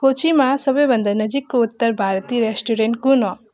कोचीमा सबैभन्दा नजिकको उत्तर भारतीय रेस्टुरेन्ट कुन हो